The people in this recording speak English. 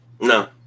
No